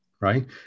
right